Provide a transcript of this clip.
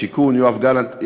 הבינוי יואב גלנט.